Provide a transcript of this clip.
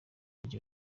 mujyi